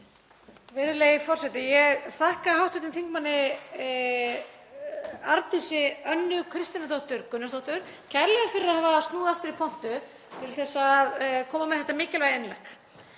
Virðulegi forseti. Ég þakka hv. þm. Arndísi Önnu Kristínardóttur Gunnarsdóttur kærlega fyrir að hafa snúið aftur í pontu til að koma með þetta mikilvæga innlegg.